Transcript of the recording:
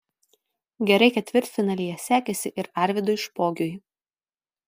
gerai ketvirtfinalyje sekėsi ir arvydui špogiui